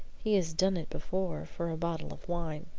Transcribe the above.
he has done it before for a bottle of wine.